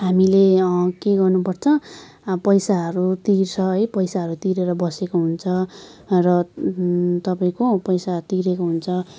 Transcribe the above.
हामीले के गर्नुपर्छ अब पैसाहरू तिर्छ पैसाहरू तिरेर बसेको हुन्छ र तपाईँको पैसा तिरेको हुन्छ